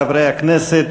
חברי הכנסת,